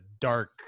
dark